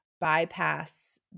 bypass